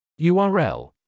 url